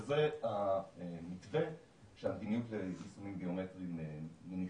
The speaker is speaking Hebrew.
וזה המתווה שהמדיניות ליישומים ביומטריים מניחה.